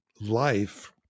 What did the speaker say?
life